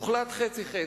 הוחלט חצי-חצי.